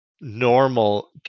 normal